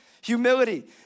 Humility